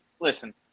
listen